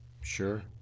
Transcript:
Sure